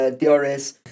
DRS